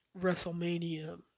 WrestleMania